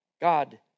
God